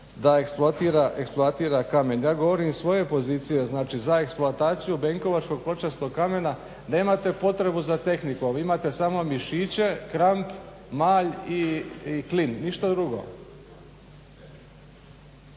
da eksploatira kamen. Ja govorim svoje pozicije, znači za eksploataciju benkovačkog pločastog kamena nemate potrebu za tehnikom, imate samo mišiće, kramp, malj i klin, ništa drugo.